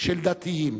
של דתיים,